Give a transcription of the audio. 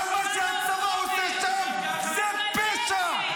אבל מה שהצבא עושה שם זה פשע,